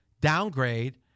downgrade